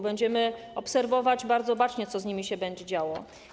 Będziemy obserwować bardzo bacznie, co się z nimi będzie działo.